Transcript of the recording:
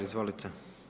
Izvolite.